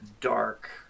dark